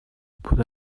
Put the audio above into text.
put